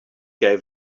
gave